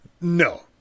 No